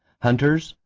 hunters,